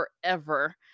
forever